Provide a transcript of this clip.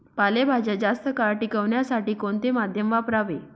पालेभाज्या जास्त काळ टिकवण्यासाठी कोणते माध्यम वापरावे?